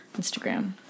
Instagram